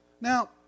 Now